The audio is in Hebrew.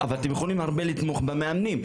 אבל אתם יכולים לתמוך במאמנים.